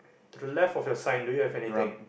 the left of your sign do you have anything